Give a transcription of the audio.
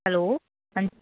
hello ਹਣ